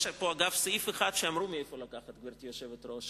גברתי היושבת-ראש,